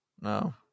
No